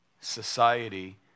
society